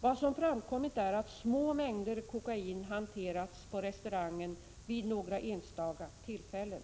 Vad som framkommit är att små mängder kokain hanterats på restaurangen vid några enstaka tillfällen.